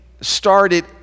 started